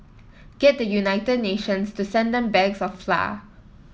get the United Nations to send them bags of flour